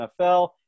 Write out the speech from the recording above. NFL